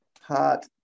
Hot